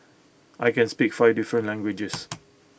I can speak five different languages